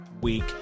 week